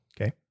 Okay